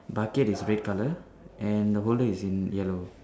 bucket is red colour and the holder is in yellow